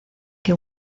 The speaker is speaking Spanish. que